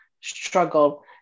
struggle